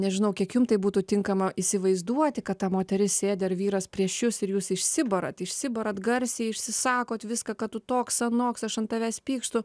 nežinau kiek jums tai būtų tinkama įsivaizduoti kad ta moteris sėdi ar vyras prieš jus ir jūs išsibarat išsibarat garsiai išsisakot viską kad tu toks anoks aš ant tavęs pykstu